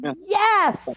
Yes